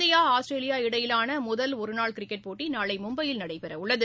India Australia இடையேயான முதல் ஒரு நாள் கிரிக்கெட் போட்டி நாளை மும்பையில் நடைபெறவுள்ளது